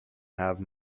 have